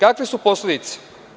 Kakve su posledice?